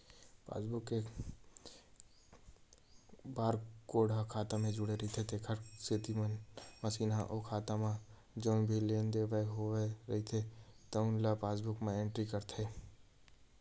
passbook के barcode ह खाता ले जुड़े रहिथे तेखर सेती मसीन ह ओ खाता म जउन भी लेवइ देवइ होए रहिथे तउन ल पासबूक म एंटरी करथे